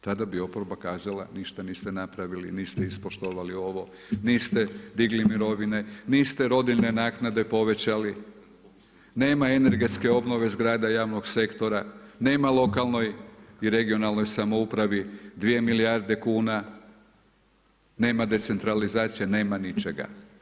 Tada bi oporba kazala ništa niste napravili, niste ispoštovali ovo, niste digli mirovine, niste rodiljne naknade povećali, nema energetske obnove zgrada javnog sektora, nema lokalnoj i regionalnoj samoupravi dvije milijarde kuna, nema decentralizacije, nema ničega.